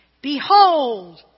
Behold